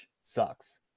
sucks